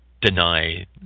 deny